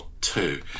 two